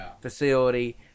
facility